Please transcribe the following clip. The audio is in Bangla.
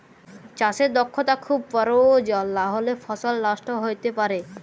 চাষে দক্ষতা খুব পরয়োজল লাহলে ফসল লষ্ট হ্যইতে পারে